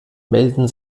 melden